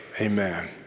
Amen